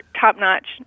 top-notch